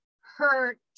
hurt